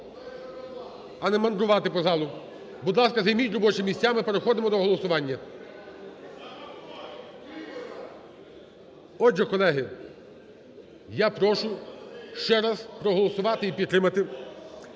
а не мандрувати по залу. Будь ласка, займіть робочі місця, ми переходимо до голосування. Отже, колеги, я прошу ще раз проголосувати і підтримати